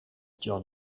john